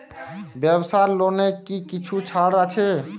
ব্যাবসার লোনে কি কিছু ছাড় আছে?